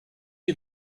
est